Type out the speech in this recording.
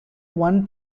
one